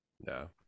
No